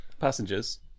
Passengers